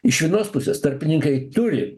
iš vienos pusės tarpininkai turi